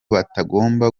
batagomba